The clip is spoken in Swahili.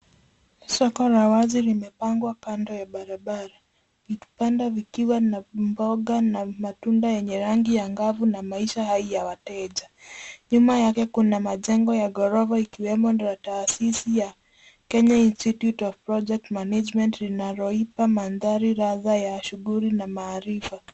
Soko la wazi limepangwa kando ya barabara. Vibanda vikiwa na mboga na matunda yenye rangi angavu na maisha hai ya wateja. Nyuma yake kuna majengo ya gorofa ikiwemo ya taasisi ya Kenya Institute of Project Management linaloipa mandhari ladha ya shughuli na maarifa.